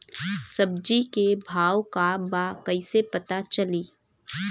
सब्जी के भाव का बा कैसे पता चली?